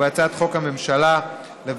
ובהצעת חוק הממשלה (תיקון מס׳ 12) (אצילת